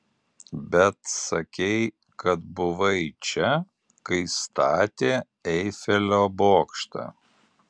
bet sakei kad buvai čia kai statė eifelio bokštą